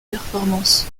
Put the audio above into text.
performances